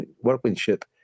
workmanship